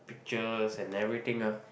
pictures and everything ah